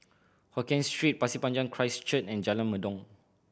Hokien Street Pasir Panjang Christ Church and Jalan Mendong